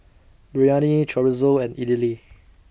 Biryani Chorizo and Idili